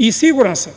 I siguran sam,